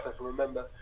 remember